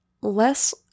less